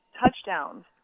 touchdowns